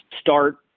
start